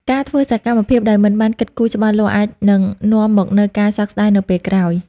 ការធ្វើសកម្មភាពដោយមិនបានគិតគូរច្បាស់លាស់ អាចនឹងនាំមកនូវការសោកស្តាយនៅពេលក្រោយ។